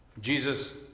Jesus